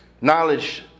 knowledge